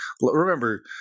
remember